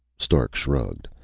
stark shrugged.